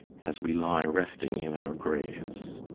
as we lie resting in our graves.